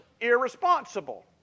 irresponsible